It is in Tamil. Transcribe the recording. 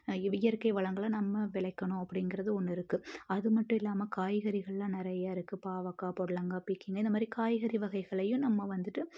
இயற்கை வளங்களை நம்ம விளைக்கணும் அப்படிங்குறது ஒன்று இருக்குது அது மட்டும் இல்லாமல் காய்கறிகள்லாம் நிறைய இருக்குது பாவக்காய் பொடலங்கா பீகங்காய் இந்த மாதிரி காய்கறி வகைகளையும் நம்ம வந்துட்டு